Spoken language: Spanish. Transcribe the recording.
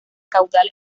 caudal